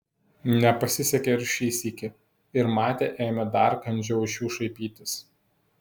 nepasisekė ir šį sykį ir matė ėmė dar kandžiau iš jų šaipytis